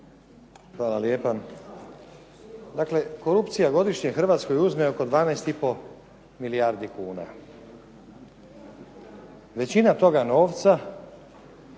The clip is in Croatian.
Hvala lijepa. Dakle, korupcija godišnje Hrvatskoj uzme oko 12 i pol milijardu kuna. Većinu toga novca